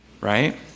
Right